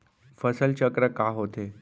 फसल चक्र का होथे?